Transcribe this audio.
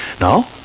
no